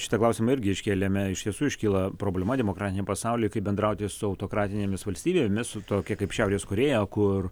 šitą klausimą irgi iškėlėme iš tiesų iškyla problema demokratiniam pasauliui kaip bendrauti su autokratinėmis valstybėmis su tokia kaip šiaurės korėja kur